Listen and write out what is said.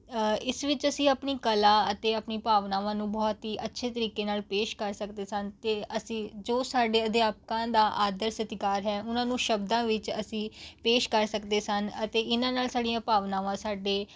ਇਸ ਵਿੱਚ ਅਸੀਂ ਆਪਣੀ ਕਲਾ ਅਤੇ ਆਪਣੀ ਭਾਵਨਾਵਾਂ ਨੂੰ ਬਹੁਤ ਹੀ ਅੱਛੇ ਤਰੀਕੇ ਨਾਲ ਪੇਸ਼ ਕਰ ਸਕਦੇ ਸਨ ਅਤੇ ਅਸੀਂ ਜੋ ਸਾਡੇ ਅਧਿਆਪਕਾਂ ਦਾ ਆਦਰ ਸਤਿਕਾਰ ਹੈ ਉਹਨਾਂ ਨੂੰ ਸ਼ਬਦਾਂ ਵਿੱਚ ਅਸੀਂ ਪੇਸ਼ ਕਰ ਸਕਦੇ ਸਨ ਅਤੇ ਇਹਨਾਂ ਨਾਲ ਸਾਡੀਆਂ ਭਾਵਨਾਵਾਂ ਸਾਡੇ